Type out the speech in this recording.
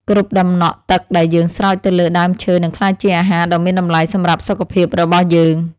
គ្រប់ដំណក់ទឹកដែលយើងស្រោចទៅលើដើមឈើនឹងក្លាយជាអាហារដ៏មានតម្លៃសម្រាប់សុខភាពរបស់យើង។